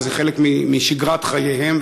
וזה חלק משגרת חייהם,